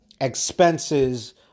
expenses